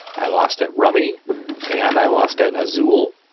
i lost at rummy and i lost it as zul.